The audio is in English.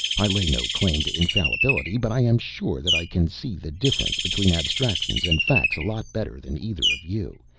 i lay no claims to infallibility but i am sure that i can see the difference between abstractions and facts a lot better than either of you,